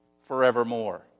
forevermore